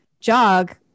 jog